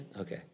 Okay